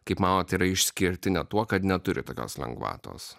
kaip manot yra išskirtinė tuo kad neturi tokios lengvatos